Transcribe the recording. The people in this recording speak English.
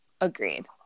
Agreed